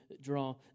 draw